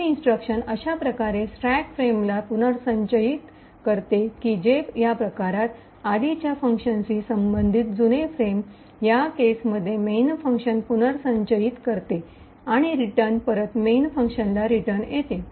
leave instruction अश्याप्रकारे stack फ्रेमला पुनर्संचयित करते की जे या प्रकरणात आधीच्या फंक्शनशी संबंधित जुने फ्रेम या केसमध्ये मेन फंक्शन पुनर्संचयित करते आणि रिटर्न परत मेन फंक्शनला रिटर्न येते